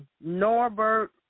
Norbert